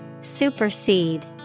Supersede